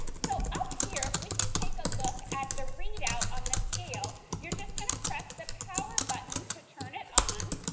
so up, here if we can take a look at the readout on the scale, you are going to press the power button to turn it on,